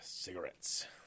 Cigarettes